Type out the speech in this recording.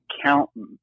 accountant